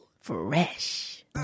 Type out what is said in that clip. fresh